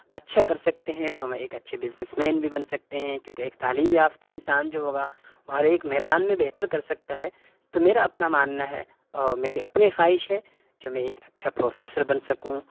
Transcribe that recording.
اچھا کر سکتے ہیں تو ہم ایک اچھے بزنس مین بھی بن سکتے ہیں کیونکہ ایک تعلیم یافتہ انسان جو ہوگا وہ ہر ایک میدان میں بہتر کر سکتا ہے تو میرا اپنا ماننا ہے اور میری اپنی خواہش ہے جو میں ایک اچھا پروفیسر بن سکوں